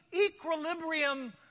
equilibrium